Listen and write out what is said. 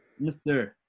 Mr